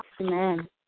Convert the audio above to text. Amen